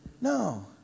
No